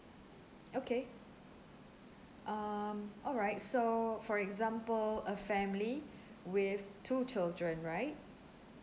okay um alright so for example a family with two children right